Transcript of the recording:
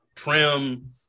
trim